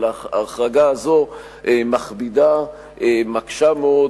אבל ההחרגה הזו מקשה מאוד,